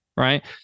right